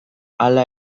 hala